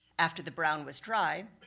after the brown was dry,